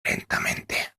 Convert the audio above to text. lentamente